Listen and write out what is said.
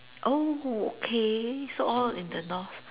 oh okay so all in the North